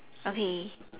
okay